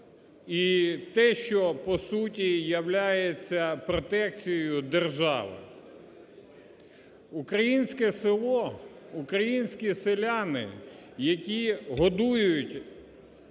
і те, що, по суті, являється протекцією держави. Українське село, українські селяни, які годують